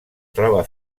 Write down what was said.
troba